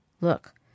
Look